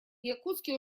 якутске